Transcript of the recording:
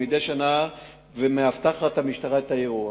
וכמדי שנה מאבטחת המשטרה את האירוע.